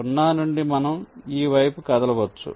కాబట్టి 0 నుండి మనం ఈ వైపు కదలవచ్చు